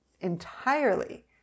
entirely